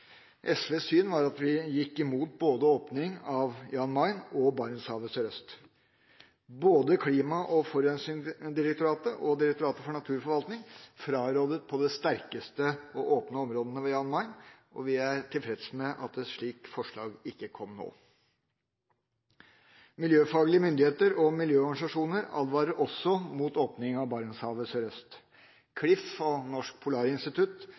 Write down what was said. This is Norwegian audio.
SVs syn var at vi gikk imot åpning både av Jan Mayen og Barentshavet sørøst. Både Klima- og forurensningsdirektoratet og Direktoratet for naturforvaltning frarådet på det sterkeste å åpne områdene ved Jan Mayen, og vi er tilfreds med at et slikt forslag ikke kom nå. Miljøfaglige myndigheter og miljøorganisasjoner advarer også mot åpning av Barentshavet sørøst. Klif og Norsk Polarinstitutt